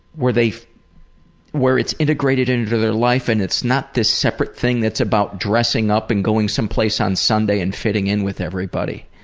where they where it's integrated into their life and it's not this separate thing that's about dressing up and going someplace on sunday and fitting in with everybody,